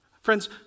Friends